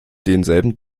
denselben